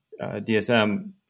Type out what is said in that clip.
dsm